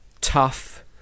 tough